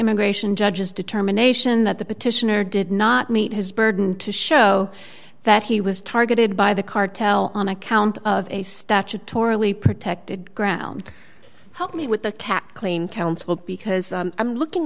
immigration judges determination that the petitioner did not meet his burden to show that he was targeted by the cartel on account of a statutorily protected ground help me with the tack clean counsel because i'm looking